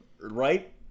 right